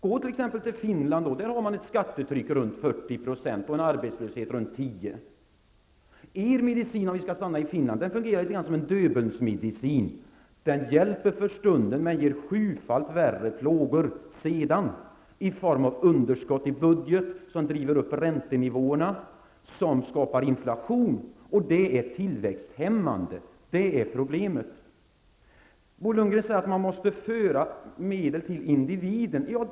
I t.ex. Finland har man ett skattetryck runt 40 % och en arbetslöshet runt 10 %. Er medicin -- fortfarande med Finland som exempel -- fungerar litet grand som en Döbelnsmedicin -- den hjälper för stunden men ger sjufalt värre plågor senare i form av underskott i budget, som driver upp räntenivåerna och som skapar inflation. Och det är tillväxthämmande. Det är problemet. Bo Lundgren säger att man måste föra över medel till individen.